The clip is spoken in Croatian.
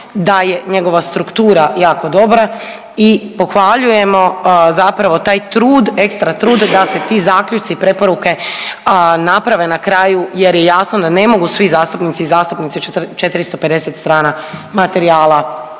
da je njegova struktura jako dobra i pohvaljujemo zapravo taj trud, ekstra trud da se ti zaključci i preporuke naprave na kraju jer je jasno da ne mogu svi zastupnici i zastupnice 450 strana materijala